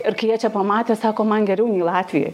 ir kviečia pamatė sako man geriau nei latvijoj